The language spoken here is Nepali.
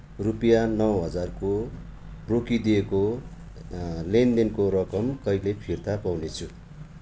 रुपियाँ नौ हजारको रोकिदिएको लेनदेनको रकम कहिले फिर्ता पाउनेछु